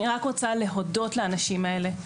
אני רק רוצה להודות לאנשים האלה.